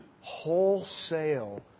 wholesale